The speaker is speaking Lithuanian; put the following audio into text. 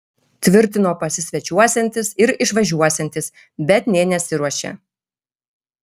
tvirtino pasisvečiuosiantis ir išvažiuosiantis bet nė nesiruošė